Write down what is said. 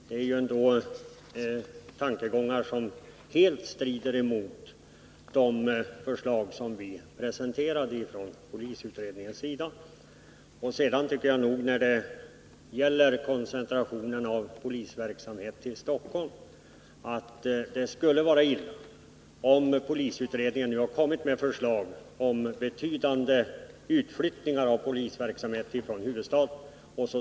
Det är ändå tankegångar som helt strider mot de förslag polisutredningen presenterade. När det gäller koncentrationen av polisverksamheten till Stockholm har polisutredningen kommit med förslag om betydande utflyttning av polisverksamhet från huvudstaden.